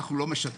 אנחנו לא משקרים,